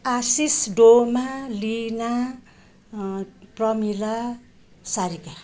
Ashish Doma Lina Pramila Sarika